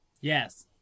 Yes